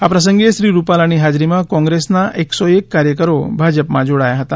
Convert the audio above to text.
આ પ્રસંગે શ્રી રૂપાલાની હાજરીમાં કોંગ્રેસના એક્સોએક કાર્યકરો ભાજપમાં જોડાયા હતા